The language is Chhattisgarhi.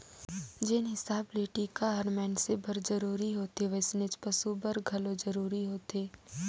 जेन हिसाब ले टिका हर मइनसे बर जरूरी होथे वइसनेच पसु बर घलो जरूरी होथे